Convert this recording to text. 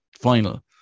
final